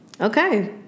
Okay